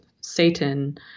Satan